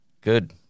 good